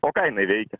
o ką jinai veikia